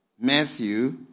Matthew